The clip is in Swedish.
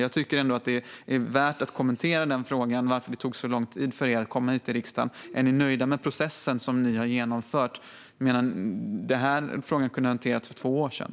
Jag tycker att det är värt att kommentera varför det tog så lång tid för er att komma hit till riksdagen, Elin Lundgren. Är ni nöjda med den process som ni har genomfört? Denna fråga hade ni kunnat hantera för två år sedan.